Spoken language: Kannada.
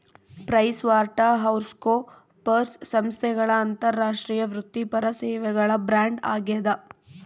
ಪ್ರೈಸ್ವಾಟರ್ಹೌಸ್ಕೂಪರ್ಸ್ ಸಂಸ್ಥೆಗಳ ಅಂತಾರಾಷ್ಟ್ರೀಯ ವೃತ್ತಿಪರ ಸೇವೆಗಳ ಬ್ರ್ಯಾಂಡ್ ಆಗ್ಯಾದ